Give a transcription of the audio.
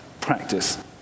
practice